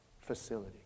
facility